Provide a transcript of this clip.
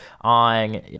on